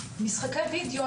משחקי וידיאו,